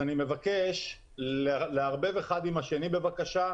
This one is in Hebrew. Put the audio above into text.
אני מבקש לערבב את האחד עם השני בבקשה.